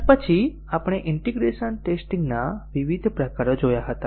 અને પછી આપણે ઈન્ટીગ્રેશન ટેસ્ટીંગ ના વિવિધ પ્રકારો જોયા હતા